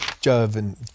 Joven